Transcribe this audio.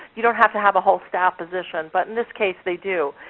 you don't have to have a whole staff position, but in this case they do.